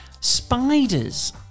spiders